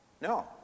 No